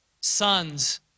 Sons